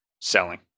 selling